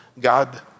God